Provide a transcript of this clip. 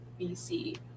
BC